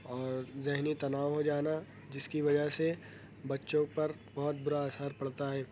اور ذہنی تناؤ ہو جانا جس کی وجہ سے بچوں پر بہت برا اثر پڑتا ہے